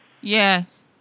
Yes